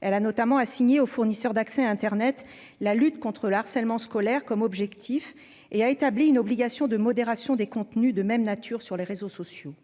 Elle a notamment assigné aux fournisseurs d'accès. Internet la lutte contre le harcèlement scolaire comme objectif et a établi une obligation de modération des contenus de même nature sur les réseaux sociaux.